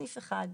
בסניף אחד,